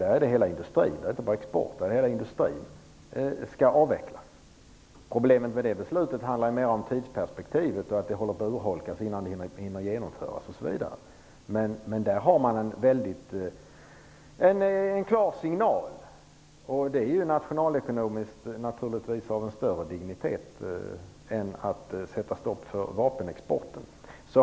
Där är det hela industrin och inte bara exporten som skall avvecklas. Problemen med detta beslut handlar mer om tidsperspektiv, att det håller på att urholkas innan det hinner genomföras osv. Men där finns en väldigt klar signal. Det är ju naturligtvis av nationalekonomiskt större dignitet än att sätta stopp för vapenexporten.